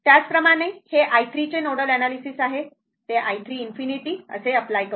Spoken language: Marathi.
त्याचप्रमाणे हे i3 चे नोडल एनालिसिस आहे ते i3 ∞ असे अप्लाय करू